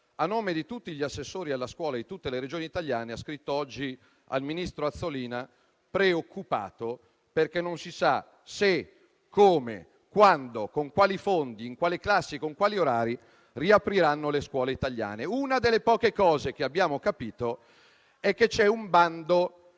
a nome di tutti gli assessori alla scuola, di tutte le Regioni italiane, ha scritto oggi al ministro Azzolina, preoccupato, perché non si sa se, come, quando, con quali fondi, in quali classi e con quali orari riapriranno le scuole italiane. Una delle poche cose che abbiamo capito è che c'è un bando